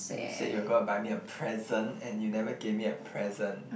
and you said you were gonna buy me a present and you never gave me a present